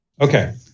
Okay